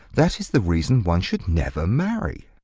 that is the reason one should never marry.